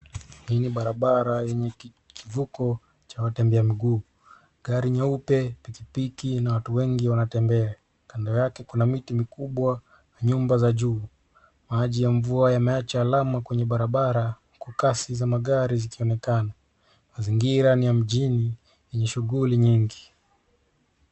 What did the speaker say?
Hii ni barabara yenye kivuko cha watembea mguu. Gari nyeupe, pikipiki na watu wengi wanatembea. Kando yake kuna miti mikubwa na nyumba za juu. Maji ya mvua yameacha alama kwenye barabara huku kasi za magari zikionekana. Mazingira ni ya mjini yenye shughuli nyingi.